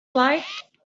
like